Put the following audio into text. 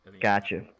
Gotcha